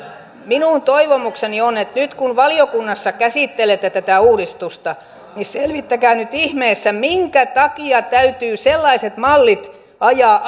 minun toivomukseni on että kun valiokunnassa käsittelette tätä uudistusta niin selvittäkää nyt ihmeessä minkä takia täytyy sellaiset mallit ajaa